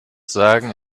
sagen